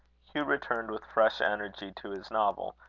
hugh returned with fresh energy to his novel,